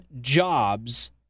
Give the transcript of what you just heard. jobs